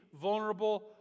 vulnerable